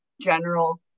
general